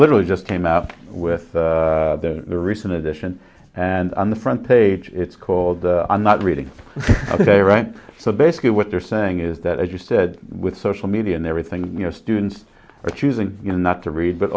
literally just came out with the recent edition and on the front page it's called the i'm not reading so basically what they're saying is that i just said with social media and everything you know students are choosing not to read but